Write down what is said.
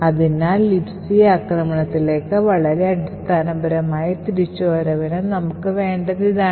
അതിനാൽ Libc ആക്രമണത്തിലേക്ക് വളരെ അടിസ്ഥാന പരമായ തിരിച്ചു വരവിന് നമുക്ക് വേണ്ടത് ഇതാണ്